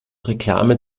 reklame